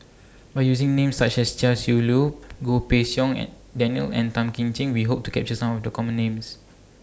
By using Names such as Chia Shi Lu Goh Pei Siong Daniel and Tan Kim Ching We Hope to capture Some of The Common Names